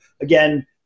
again